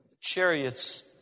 chariots